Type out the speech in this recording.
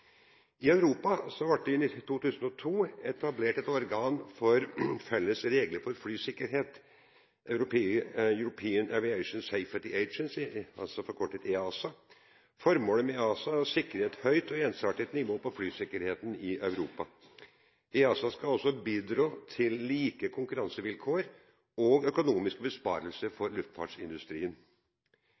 I Europa ble det i 2002 etablert et organ for felles regler for flysikkerhet, European Aviation Safety Agency, forkortet EASA. Formålet med EASA er å sikre et høyt og ensartet nivå på flysikkerheten i Europa. EASA skal også bidra til like konkurransevilkår og økonomiske besparelser for luftfartsindustrien.